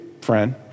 friend